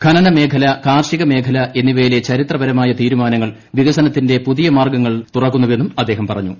ഖനനമേഖല കാർഷിക മേഖല എന്നിവയിലെ ചരിത്രപരമായ തീരുമാനങ്ങൾ വികസനത്തിന്റെ പുതിയ മാർഗ്ഗങ്ങൾ തുറക്കുന്നുവെന്നും അദ്ദേഹം പറഞ്ഞു